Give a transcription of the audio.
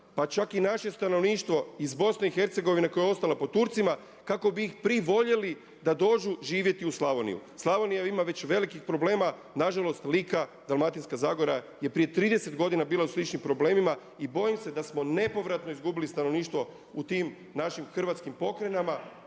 pa čak i naše stanovništvo iz BiH koja je ostala pod Turcima kako bi ih privoljeli da dođu živjeti u Slavoniju. Slavonija ima već velikih problema, nažalost Lika, Dalmatinska zagora je prije 30 godina bila u sličnim problemima. I bojim se da smo nepovratno izgubili stanovništvo u tim našim hrvatskim pokrajinama.